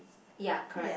ya correct